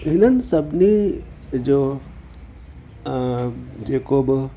हिननि सभिनी जो जेको ब